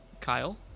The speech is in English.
Kyle